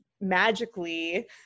magically